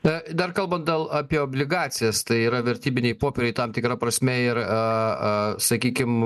na dar kalbant dal apie obligacijas tai yra vertybiniai popieriai tam tikra prasme ir a a sakykim